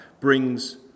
brings